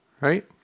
Right